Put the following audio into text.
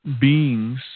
beings